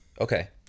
okay